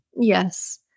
Yes